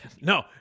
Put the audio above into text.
no